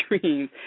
dreams